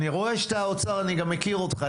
אני רואה שאתה האוצר, אני גם מכיר אותך.